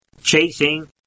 chasing